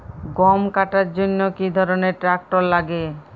গম কাটার জন্য কি ধরনের ট্রাক্টার লাগে?